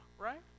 right